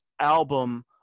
album